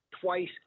twice